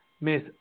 Miss